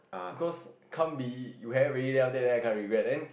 because can't be you have it already then after that become regret then